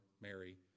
Mary